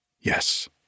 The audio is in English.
Yes